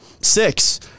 six